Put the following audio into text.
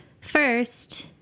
first